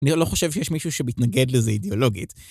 אני לא חושב שיש מישהו שמתנגד לזה אידיאולוגית.